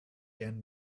and